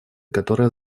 которая